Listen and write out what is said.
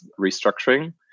restructuring